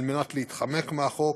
על מנת להתחמק מהחוק,